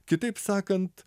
kitaip sakant